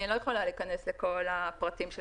אני לא יכולה להיכנס לכל הפרטים.